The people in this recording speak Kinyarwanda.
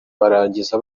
barangiza